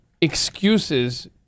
excuses